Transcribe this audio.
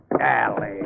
Alley